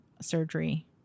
surgery